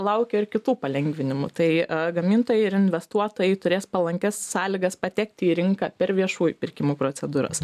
laukia ir kitų palengvinimų tai gamintojai ir investuotojai turės palankias sąlygas patekti į rinką per viešųjų pirkimų procedūras